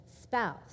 spouse